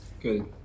Good